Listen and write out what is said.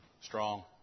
Strong